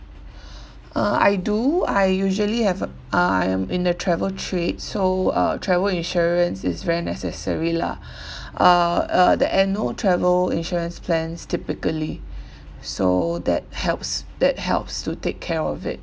uh I do I usually have a uh I am in the travel trade so uh travel insurance is very necessary lah uh uh the annual travel insurance plans typically so that helps that helps to take care of it